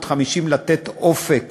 ו-850,000 לתת אופק